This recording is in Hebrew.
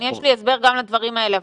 יש לי הסבר גם לדברים האלה.